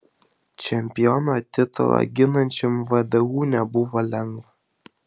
čempiono titulą ginančiam vdu nebuvo lengva